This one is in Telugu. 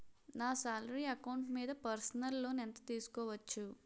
నా సాలరీ అకౌంట్ మీద పర్సనల్ లోన్ ఎంత తీసుకోవచ్చు?